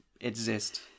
exist